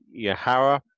Yahara